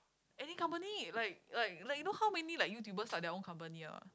any company like like like you know how many like YouTuber start their own company a not